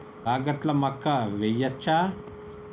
రాగట్ల మక్కా వెయ్యచ్చా?